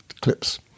clips